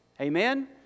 Amen